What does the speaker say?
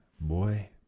boy